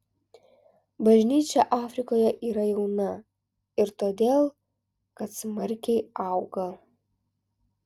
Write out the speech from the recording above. bažnyčia afrikoje yra jauna ir todėl kad smarkiai auga